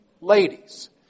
ladies